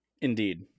Indeed